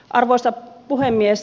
arvoisa puhemies